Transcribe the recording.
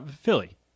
Philly